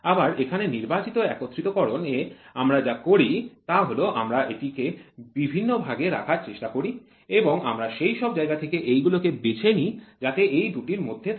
আবার এখানে নির্বাচিত একত্রিতকরণ এ আমরা যা করি তা হল আমরা এটিকে বিভিন্ন ভাগে রাখার চেষ্টা করি এবং আমরা সেই সব জায়গা থেকে এইগুলো কে বেছে নিই যাতে এই দুটির মধ্যেই থাকে